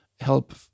help